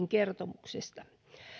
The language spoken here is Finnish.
kertomuksesta